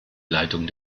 leitung